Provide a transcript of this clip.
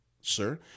sir